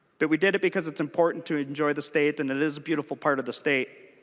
that we did it because it's important to enjoy the state and it is a beautiful part of the state.